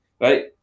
right